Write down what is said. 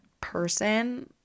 person